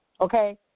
okay